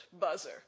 buzzer